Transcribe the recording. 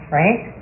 right